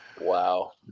Wow